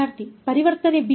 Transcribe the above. ವಿದ್ಯಾರ್ಥಿ ಪರಿವರ್ತನೆ b